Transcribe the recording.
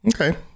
Okay